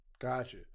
Gotcha